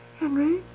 Henry